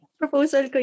proposal